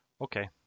Okay